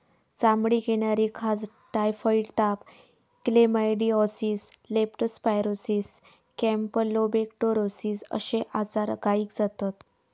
चामडीक येणारी खाज, टायफॉइड ताप, क्लेमायडीओसिस, लेप्टो स्पायरोसिस, कॅम्पलोबेक्टोरोसिस अश्ये आजार गायीक जातत